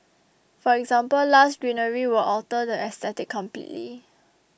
for example lush greenery will alter the aesthetic completely